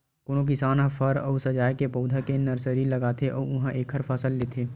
कोनो किसान ह फर अउ सजाए के पउधा के नरसरी लगाथे अउ उहां एखर फसल लेथे